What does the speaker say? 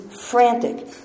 frantic